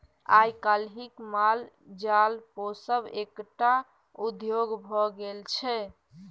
आइ काल्हि माल जाल पोसब एकटा उद्योग भ गेल छै